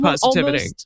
positivity